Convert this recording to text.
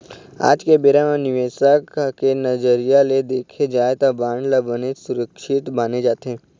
आज के बेरा म निवेसक के नजरिया ले देखे जाय त बांड ल बनेच सुरक्छित माने जाथे